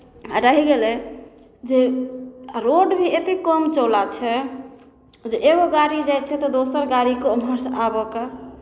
आ रहि गेलै जे आ रोड भी एतेक कम चौड़ा छै जे एगो गाड़ी जाइ छै तऽ दोसर गाड़ीके ओम्हरसँ आबयके